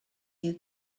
you